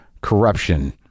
corruption